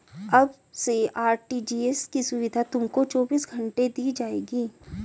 अब से आर.टी.जी.एस की सुविधा तुमको चौबीस घंटे दी जाएगी